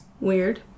Weird